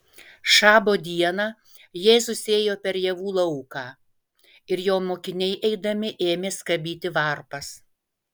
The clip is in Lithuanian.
šabo dieną jėzus ėjo per javų lauką ir jo mokiniai eidami ėmė skabyti varpas